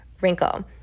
wrinkle